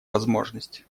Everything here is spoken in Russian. возможность